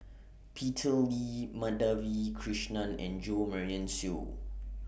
Peter Lee Madhavi Krishnan and Jo Marion Seow